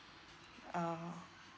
ah